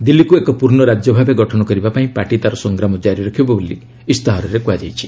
ଦିଲ୍ଲୀକୁ ଏକ ପୂର୍ଣ୍ଣ ରାଜ୍ୟ ଭାବେ ଗଠନ କରିବା ପାଇଁ ପାର୍ଟି ତାର ସଂଗ୍ରାମ ଜାରି ରଖିବ ବୋଲି ଇସ୍ତାହାରରେ କୁହାଯାଇଛି